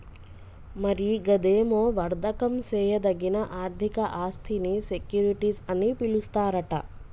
మరి గదేమో వర్దకం సేయదగిన ఆర్థిక ఆస్థినీ సెక్యూరిటీస్ అని పిలుస్తారట